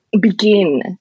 begin